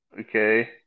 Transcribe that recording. Okay